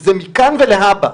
שזה מכאן ולהבא.